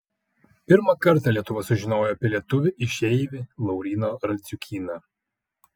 pirmą kartą lietuva sužinojo apie lietuvį išeivį lauryną radziukyną